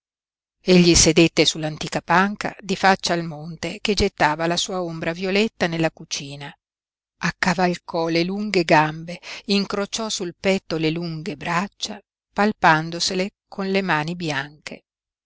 egli sedette sull'antica panca di faccia al monte che gettava la sua ombra violetta nella cucina accavalcò le lunghe gambe incrociò sul petto le lunghe braccia palpandosele con le mani bianche